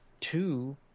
Two